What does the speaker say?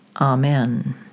Amen